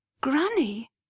Granny